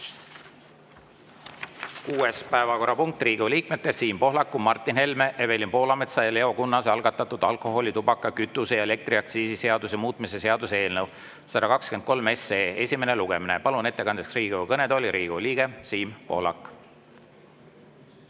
Kuues päevakorrapunkt: Riigikogu liikmete Siim Pohlaku, Martin Helme, Evelin Poolametsa ja Leo Kunnase algatatud alkoholi-, tubaka-, kütuse- ja elektriaktsiisi seaduse muutmise seaduse eelnõu 123 esimene lugemine. Palun ettekandjaks Riigikogu kõnetooli Riigikogu liikme Siim Pohlaku.